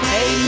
Hey